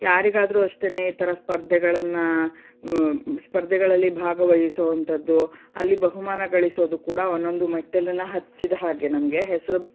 ಯಾರಿಗಾದರೂ ಅಷ್ಟೇ ಈ ಥರ ಸ್ಪರ್ಧೆಗಳನ್ನು ಸ್ಪರ್ಧೆಗಳಲ್ಲಿ ಭಾಗವಹಿಸುವಂಥದ್ದು ಅಲ್ಲಿ ಬಹುಮಾನ ಗಳಿಸೋದು ಕೂಡ ಒಂದೊಂದು ಮೆಟ್ಟಲನ್ನ ಹತ್ತಿದ ಹಾಗೆ ನಮಗೆ ಹೆಸರು